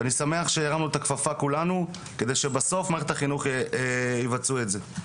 ואני שמח שהרמנו את הכפפה כולנו כדי שבסוף מערכת החינוך תבצע את זה.